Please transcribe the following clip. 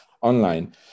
online